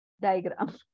diagram